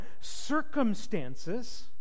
circumstances